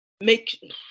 make